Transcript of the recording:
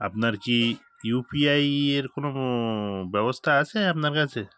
আপনার কি ইউপিআইয়ের কোনো ব্যবস্থা আছে আপনার কাছে